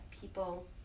people